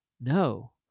No